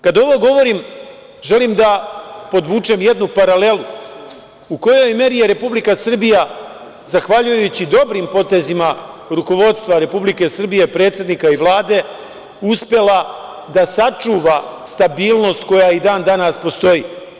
Kada ovo govorim želim da podvučem jednu paralelu u kojoj meri je Republika Srbija, zahvaljujući dobrim potezima rukovodstva Republike Srbije, predsednika i Vlade, uspela da sačuva stabilnost koja i dan danas postoji.